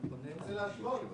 שר התפוצות,